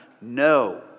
no